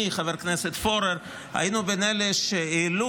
אני וחבר הכנסת פורר היינו בין אלה שהעלו